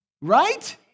Right